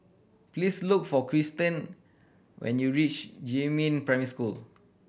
please look for Kirsten when you reach Jiemin Primary School